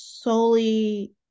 solely